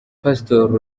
pastor